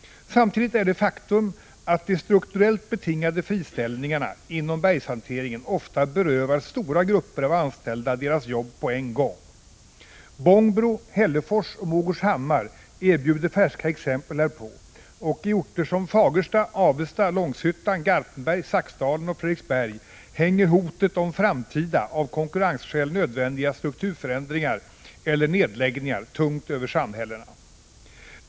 Samtidigt är det ett faktum, att de strukturellt betingade friställningarna inom bergshanteringen ofta berövar stora grupper av anställda deras jobb på en gång: Bångbro, Hällefors och Morgårdshammar erbjuder färska exempel härpå, och i orter som Fagersta, Avesta, Långshyttan, Garpenberg, Saxdalen och Fredriksberg hänger hotet om framtida, av konkurrensskäl nödvändiga strukturförändringar eller nedläggningar tungt över samhällena.